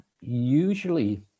usually